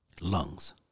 lungs